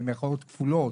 במירכאות כפולות,